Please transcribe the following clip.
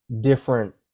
different